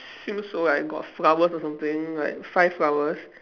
swimsuit right got flowers or something like five flowers